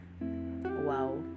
Wow